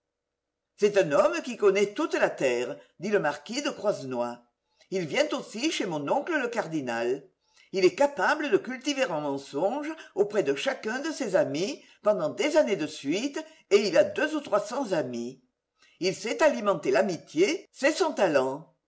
c'est un homme qui connaît toute la terre dit le marquis de croisenois il vient aussi chez mon oncle le cardinal il est capable de cultiver un mensonge auprès de chacun de ses amis pendant des années de suite et il a deux ou trois cents amis il sait alimenter l'amitié c'est son talent